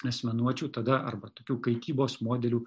asmenuočių tada arba tokių kaitybos modelių